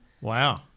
Wow